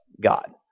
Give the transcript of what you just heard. God